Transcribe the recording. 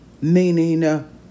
meaning